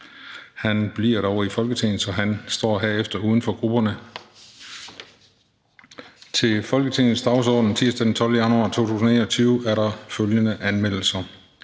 Han bliver dog i Folketinget, så han står herefter uden for grupperne. Til Folketingets dagsorden tirsdag den 12. januar 2021 er der følgende anmeldelser: